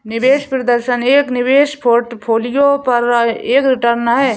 निवेश प्रदर्शन एक निवेश पोर्टफोलियो पर एक रिटर्न है